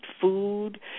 food